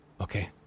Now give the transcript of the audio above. Okay